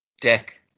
Deck